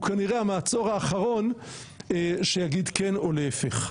כנראה המעצור האחרון שיגיד כן או להיפך.